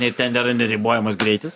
ir ten yra neribojamas greitis